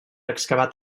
excavat